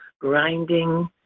grinding